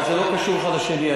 אבל זה לא קשור האחד לשני.